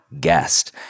guest